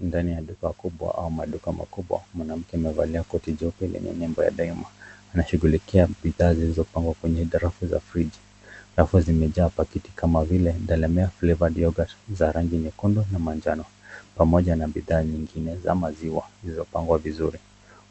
Ndani ya duka kubwa ama maduka makubwa mwanamke amevalia koti jeupe lenye nembo ya Delamare anashughulikia bidhaa zilizo pangwa kwenye barafu za friji . Rafu zimejaa pakiti kama vile Delamere flavoured youghurt za rangi nyekundu na manjano pamoja na bidhaa nyingine za maziwa zilizo pangwa vizuri